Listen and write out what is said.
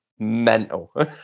Mental